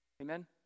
Amen